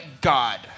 God